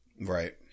Right